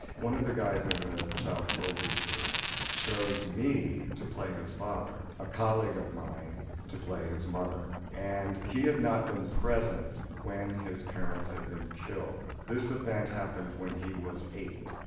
one of the guys in the child soldiers group chose me to play his father, a colleague of mine to play his mother, and he had not been present when his parents had been killed. this event happened when he was eight.